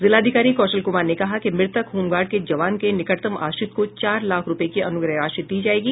जिलाधिकारी कौशल कुमार ने कहा कि मृतक होमगार्ड के जवान के निकटतम आश्रित को चार लाख रूपये की अनुग्रह राशि दी जायेगी